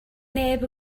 neb